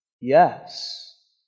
Yes